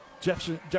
Jefferson